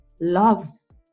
loves